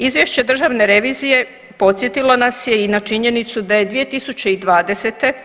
Izvješće Državne revizije podsjetilo nas je i na činjenicu da je 2020.